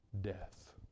death